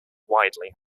widely